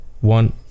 one